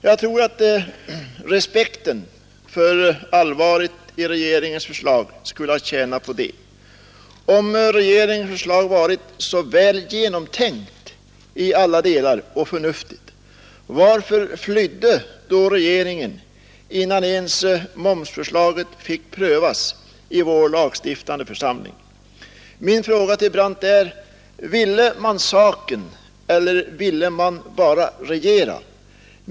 Jag tror att respekten för allvaret i regeringens förslag skulle ha tjänat på det. Om regeringens förslag var så väl genomtänkt och förnuftigt i alla delar, varför flydde då regeringen innan ens momsförslaget fick prövas i vår lagstiftande församling? Min fråga till herr Brandt är: Ville man vinna saken eller ville man bara regera?